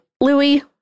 Louis